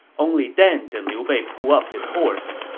only then did liu bei pull up his horse.